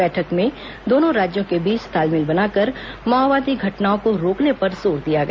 बैठक में दोनों राज्यों के बीच तालमेल बनाकर माओवादी घटनाओं को रोकने पर जोर दिया गया